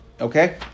okay